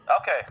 Okay